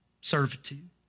servitude